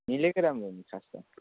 मिलेकै राम्रो हो नि खास त